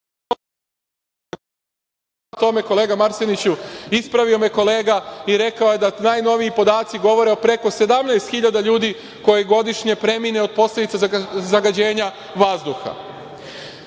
na tome, kolega Marseniću, ispravio me je kolega i rekao je da najnoviji podaci govore o preko 17 hiljada ljudi koji godišnje premine od posledice zagađenja vazduha. Dobrica